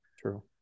True